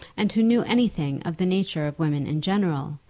and who knew anything of the nature of women in general,